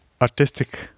artistic